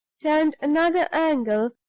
turned another angle,